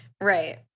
Right